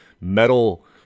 metal